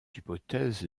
hypothèse